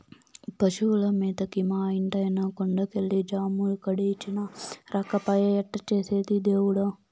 పశువుల మేతకి మా ఇంటాయన కొండ కెళ్ళి జాము గడిచినా రాకపాయె ఎట్టా చేసేది దేవుడా